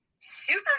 Super